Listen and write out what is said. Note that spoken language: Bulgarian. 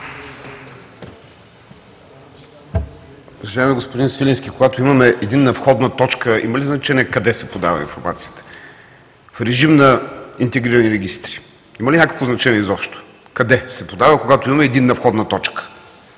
Уважаеми господин Свиленски, когато имаме единна входна точка, има ли значение къде се подава информацията – в режим на интегрирани регистри? Има ли някакво значение изобщо – къде се подава, когато имаме единна входна точка?!